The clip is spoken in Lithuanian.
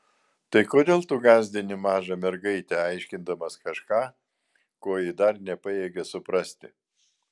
tai kodėl tu gąsdini mažą mergaitę aiškindamas kažką ko ji dar nepajėgia suprasti